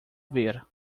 ver